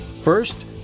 First